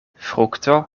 frukto